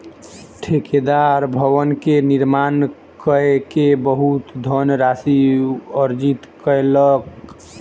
ठेकेदार भवन के निर्माण कय के बहुत धनराशि अर्जित कयलक